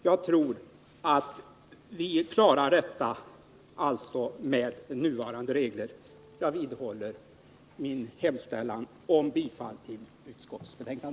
Jag tror alltså att vi klarar detta med nuvarande regler. Jag vidhåller mitt yrkande om bifall till utskottets hemställan.